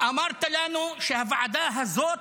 אמרת לנו שהוועדה הזאת